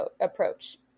approach